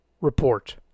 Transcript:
report